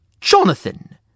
Jonathan